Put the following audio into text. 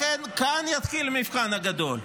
לכן, כאן יתחיל המבחן הגדול,